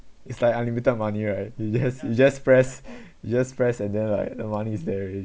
it's like unlimited money right you just you just press you just press and then like the money is there already